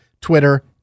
Twitter